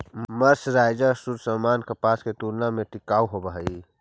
mercerised सूत सामान्य कपास के तुलना में टिकाऊ होवऽ हई